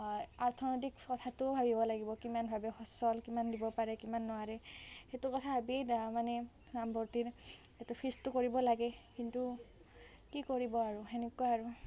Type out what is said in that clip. অৰ্থনৈতিক কথাটোও ভাবিব লাগিব কিমানভাৱে সচ্ছল কিমান দিব পাৰে কিমান নোৱাৰে সেইটো কথা ভাবি মানে নামভৰ্তিৰ সেইটো ফিজটো কৰিব লাগে কিন্তু কি কৰিব আৰু সেনেকুৱা আৰু